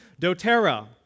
doTERRA